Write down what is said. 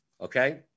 okay